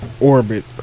orbit